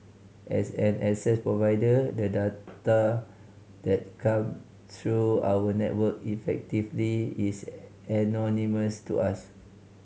as an access provider the data that come through our network effectively is anonymous to us